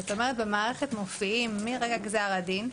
זאת אומרת שבמערכת מופיעים מרגע גזר הדין: